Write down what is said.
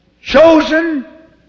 chosen